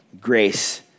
Grace